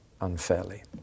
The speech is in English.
unfairly